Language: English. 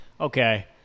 Okay